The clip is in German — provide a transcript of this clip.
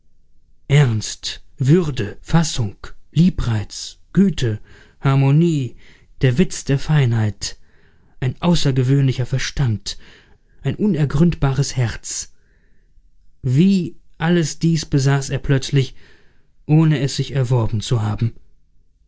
ernst würde fassung liebreiz güte harmonie der witz der feinheit ein außergewöhnlicher verstand ein unergründbares herz wie alles dies besaß er plötzlich ohne es sich erworben zu haben